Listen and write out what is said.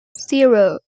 zero